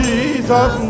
Jesus